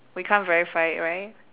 we can't verify it right